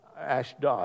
Ashdod